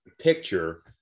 picture